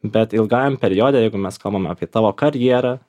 bet ilgajam periode jeigu mes kalbam apie tavo karjerą